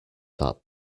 that